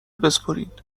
بسپرین